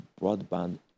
broadband